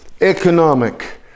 economic